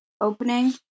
opening